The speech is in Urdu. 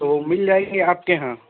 تو مل جائیں گی آپ کے ہاں